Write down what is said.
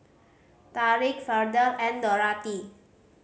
Tariq Verdell and Dorathy